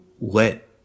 let